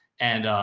and,